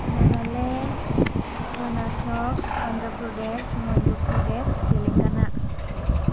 Nagaland Karnataka Andhra Pradesh Madhya Pradesh Telangana